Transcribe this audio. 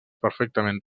perfectament